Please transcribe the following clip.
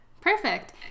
Perfect